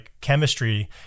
chemistry